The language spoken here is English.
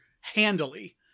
handily